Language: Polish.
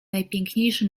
najpiękniejszy